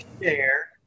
Share